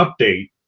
update